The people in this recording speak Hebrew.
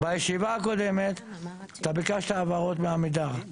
אבל בישיבה הקודמת אתה ביקשת הבהרות מעמידר.